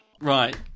Right